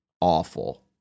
awful